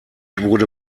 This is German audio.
wurde